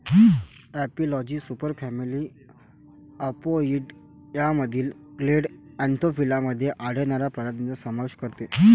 एपिलॉजी सुपरफॅमिली अपोइडियामधील clade Anthophila मध्ये आढळणाऱ्या प्रजातींचा समावेश करते